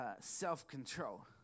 self-control